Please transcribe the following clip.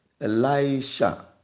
Elisha